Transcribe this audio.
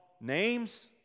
Names